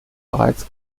bereits